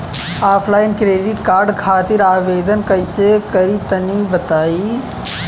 Offline credit card खातिर आवेदन कइसे करि तनि बताई?